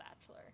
bachelor